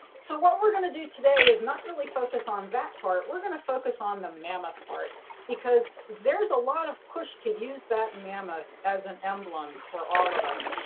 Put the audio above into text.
so what we're going to do today is not really focus on that part. we're going to focus on the mammoth part because there's a lot of push to use that mammoth as an emblem for all of us,